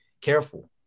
careful